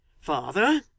Father